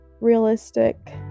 realistic